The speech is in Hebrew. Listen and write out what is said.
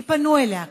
כי פנו אליה כבר,